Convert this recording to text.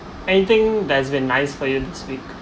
anything there's been nice for you this week